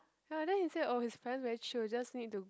ya then he said oh his parents very chill just need to